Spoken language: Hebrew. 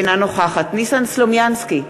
אינה נוכחת ניסן סלומינסקי,